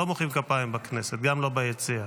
לא מוחאים כפיים בכנסת, גם לא ביציע.